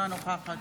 אינה נוכחת